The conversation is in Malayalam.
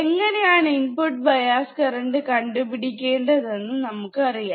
എങ്ങനെയാണ് ഇൻപുട്ട് ബയാസ് കറണ്ട് കണ്ടുപിടിക്കേണ്ടത് എന്ന് നമുക്കറിയാം